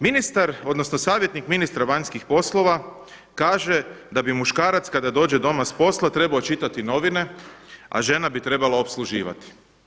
Ministar odnosno savjetnik ministra vanjskih poslova kaže da bi muškarac kada dođe doma s posla trebao čitati novine, a žena bi trebala opsluživati.